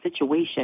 situation